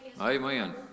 Amen